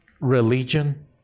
religion